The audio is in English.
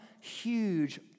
huge